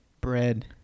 Bread